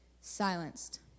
Silenced